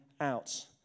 out